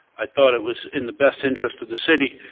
i thought it was in the best interest of the city,